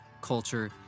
culture